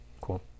Cool